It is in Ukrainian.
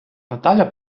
наталя